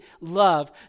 love